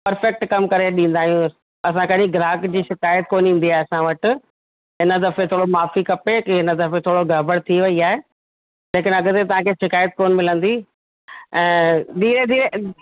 perfect कमु करे ॾींदा आहियूं असां कॾहिं ग्राहक जी शिकायत कोन्ह ईंदी आहे असां वटि हिन दफ़े थोरो माफ़ी खपे की हिन दफ़े थोरो गड़बड़ थी वई आहे लेकिन अॻते तव्हांखे शिकायतु कोन्ह मिलंदी ऐं धीरे धीरे